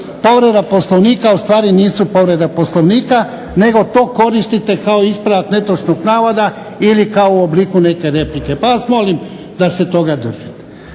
povreda Poslovnika u stvari nisu povrede Poslovnika nego to koristite kao ispravak netočnog navoda ili kao u obliku neke replike, pa vas molim da se toga držite.